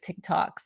TikToks